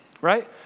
right